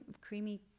creamy